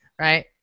right